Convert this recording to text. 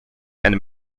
and